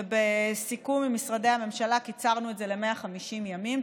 ובסיכום עם משרדי הממשלה קיצרנו את זה ל-150 ימים,